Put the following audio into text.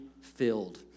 filled